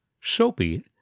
Soapy